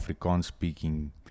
Afrikaans-speaking